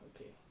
Okay